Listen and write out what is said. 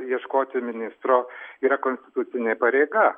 ieškoti ministro yra konstitucinė pareiga